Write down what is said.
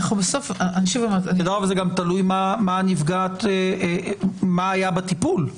זה תלוי מה היה בטיפול.